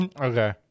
okay